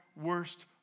worst